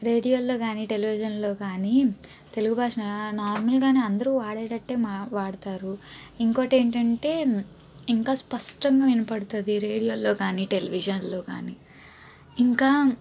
రేడియోల్లో కానీ టెలివిజన్లో కానీ తెలుగు భాష నార్మల్గానే అందరూ వాడేటట్టే మ వాడుతారు ఇంకోటి ఏంటంటే ఇంకా స్పష్టంగా వినపడుతుంది రేడియోలలో కానీ టెలివిజన్లో కానీ ఇంకా